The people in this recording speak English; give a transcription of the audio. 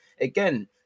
Again